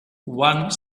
one